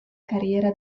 carriera